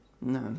No